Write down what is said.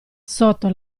sotto